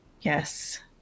Yes